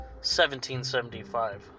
1775